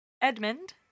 Edmund